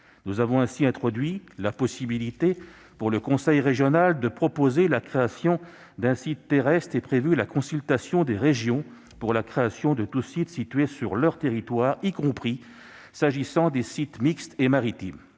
Nous avons ainsi introduit la possibilité pour le conseil régional de proposer la création d'un site terrestre et prévu la consultation des régions pour la création de tout site situé sur leur territoire, y compris s'agissant des sites mixtes et maritimes.